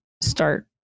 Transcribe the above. start